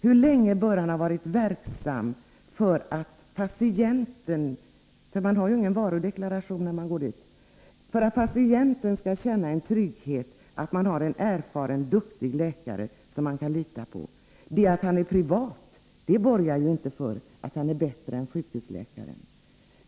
Hur länge bör han ha varit verksam för att patienten skall känna tryggheten att ha en erfaren och duktig läkare, som man kan lita på — det finns ju ingen varudeklaration på detta område. Detta att en läkare är privat borgar inte för att han är bättre än sjukhusläkaren.